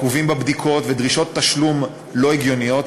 עיכובים בבדיקות ודרישות תשלום לא הגיוניות